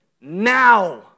now